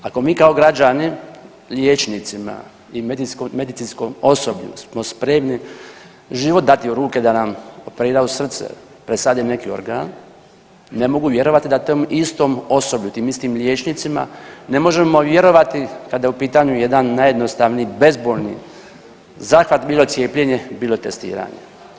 Ako mi kao građani liječnicima i medicinskom osoblju smo spremni život dati u ruke da nam operiraju srce, presade neki organ, ne mogu vjerovati da tom istom osoblju, tim istim liječnicima ne možemo vjerovati kada je u pitanju jedan najjednostavniji bezbolni zahvat bilo cijepljenje bilo testiranje.